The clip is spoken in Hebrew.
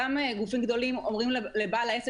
אותם גופים גדולים אומרים לבעל בית העסק